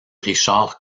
richard